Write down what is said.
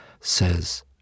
says